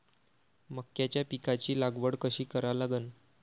मक्याच्या पिकाची लागवड कशी करा लागन?